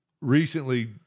recently